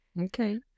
Okay